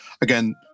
Again